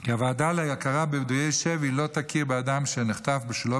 כי הוועדה להכרה בפדויי שבי לא תכיר באדם שנחטף שלא